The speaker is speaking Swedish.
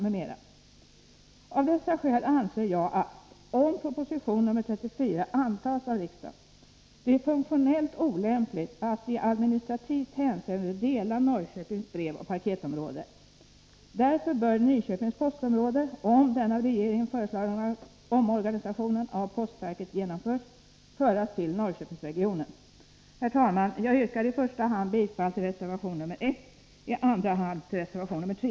Av dessa skäl anser jag att det — om proposition nr 34 antas av riksdagen — är funktionellt olämpligt att i administrativt hänseende dela Norrköpings brevoch paketområde. Om den av regeringen föreslagna omorganisationen av postverket genomförs bör Nyköpings postområde föras till Norrköpingsregionen. Herr talman! Jag yrkar i första hand bifall till reservation nr 1, i andra hand till reservation nr 3.